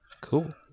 Cool